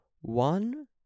one